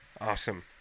Awesome